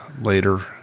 later